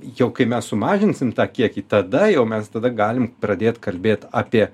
jau kai mes sumažinsim tą kiekį tada jau mes tada galim pradėt kalbėt apie